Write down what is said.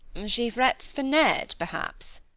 she frets for ned perhaps,